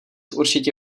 určitě